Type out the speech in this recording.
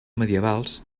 medievals